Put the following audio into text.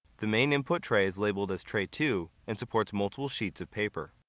the main input tray is labeled as tray two and supports multiple sheets of paper.